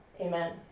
Amen